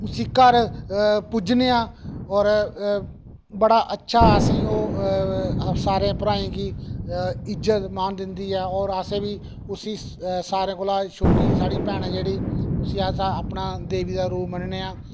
उसी घर पूजने आं और बड़ा अच्छा सारें गी ओह् सारे भ्राएं गी इज्जत मान दिंदी ऐ और असेंगी उसी सारें कोला छोटी साढ़ी भैन ऐ जेह्ड़ी उसी अस अपनी देवी दा रूप मनने आं